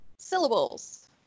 syllables